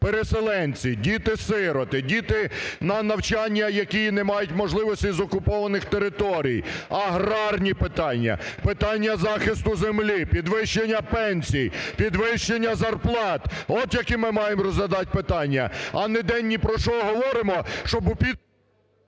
переселенці, діти-сироти, діти, на навчання які не мають можливості, з окупованих територій; аграрні питання; питання захисту землі, підвищення пенсій, підвищення зарплат. От, які ми маємо розглядать питання. А день ні про що говоримо, щоб у…